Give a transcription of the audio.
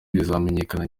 bizamenyekana